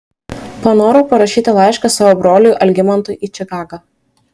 panorau parašyti laišką savo broliui algimantui į čikagą